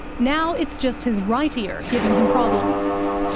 now it's just his right ear giving him problems.